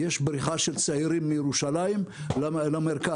יש בריחה של צעירים מירושלים למרכז.